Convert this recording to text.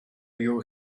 you